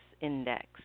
index